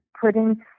putting